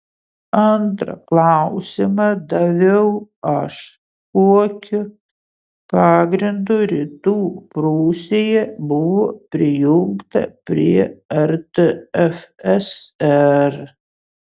antrą klausimą daviau aš kokiu pagrindu rytų prūsija buvo prijungta prie rtfsr